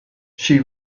she